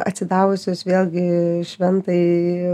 atsidavusios vėlgi šventai